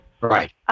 right